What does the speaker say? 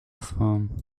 phone